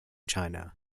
china